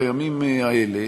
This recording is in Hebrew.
בימים האלה,